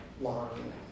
long